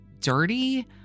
dirty